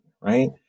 right